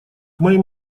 моим